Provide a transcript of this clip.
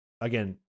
Again